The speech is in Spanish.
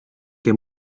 que